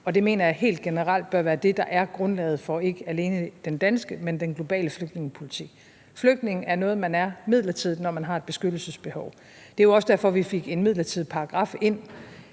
Det mener jeg helt generelt bør være det, der er grundlaget for, ikke alene den danske, men den globale flygtningepolitik. Flygtning er noget, man er midlertidigt, når man har et beskyttelsesbehov. Det er også derfor, at vi fik en midlertidig paragraf ind